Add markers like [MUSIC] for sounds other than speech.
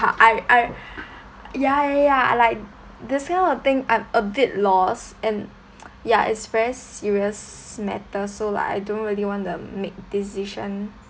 uh I I ya ya ya like this kind of thing I'm a bit lost and [NOISE] ya it's very serious matter so like I don't really want to make decision